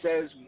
says